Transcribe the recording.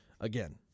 Again